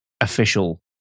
official